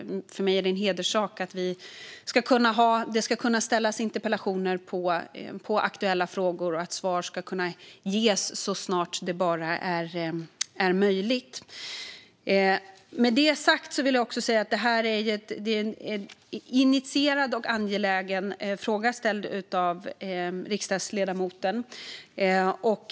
För mig är det en hederssak att det ska kunna ställas interpellationer i aktuella frågor och att svar ska ges så snart det bara är möjligt. Jag vill också säga att det är en initierad och angelägen fråga som riksdagsledamoten har ställt.